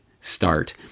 start